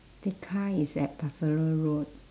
tekka is at buffalo road